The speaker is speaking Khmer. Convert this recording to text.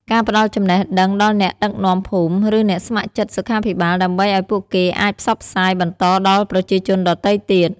ការផ្ដល់ចំណេះដឹងដល់អ្នកដឹកនាំភូមិ ឬអ្នកស្ម័គ្រចិត្តសុខាភិបាល ដើម្បីឱ្យពួកគេអាចផ្សព្វផ្សាយបន្តដល់ប្រជាជនដទៃទៀត។